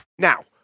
Now